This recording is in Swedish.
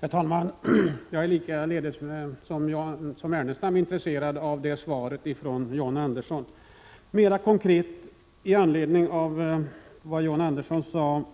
Herr talman! Jag är i likhet med Lars Ernestam intresserad av ett sådant svar från John Andersson. Mera konkret, i anledning av vad John Andersson sade,